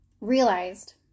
realized